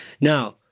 Now